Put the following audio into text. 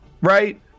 right